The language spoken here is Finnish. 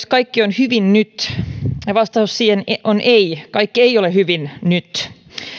kaikki hyvin nyt ja vastaus siihen on ei kaikki ei ole hyvin nyt